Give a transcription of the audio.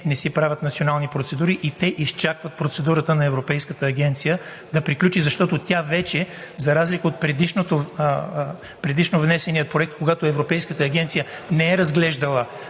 не си правят национални процедури, а изчакват процедурата на Европейската агенция да приключи, защото за разлика от предишния внесен проект, когато Европейската агенция не е разглеждала